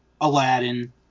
Aladdin